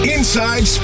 Inside